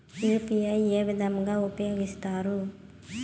UPI ఏ విధంగా ఉపయోగిస్తారు?